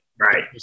Right